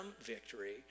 victory